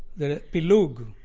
the pilug,